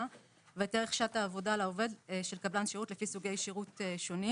ואת ערך שעת העבודה לעובד של קבלן שירות לפי סוגי שירות שונים